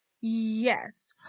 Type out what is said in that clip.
yes